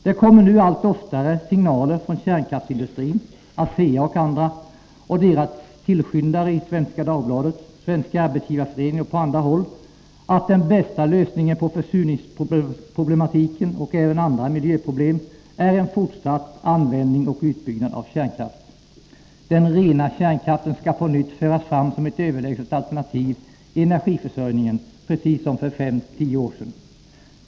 Det kommer nu allt oftare signaler från kärnkraftsindustrin, ASEA och andra samt deras tillskyndare i Svenska Dagbladet, Svenska arbetsgivareföreningen och på andra håll, att den bästa lösningen på försurningsproblematiken och även andra miljöproblem är en fortsatt användning och utbyggnad av kärnkraft. Den rena kärnkraften skall på nytt föras fram som ett överlägset alternativ i energiförsörjningen, precis som för fem tio år sedan.